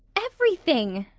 everything,